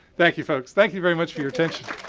thank you folks. thank you very much for your attention.